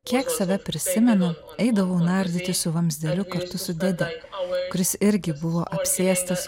kiek save prisimenu eidavau nardyti su vamzdeliu kartu su dėde kuris irgi buvo apsėstas